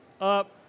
up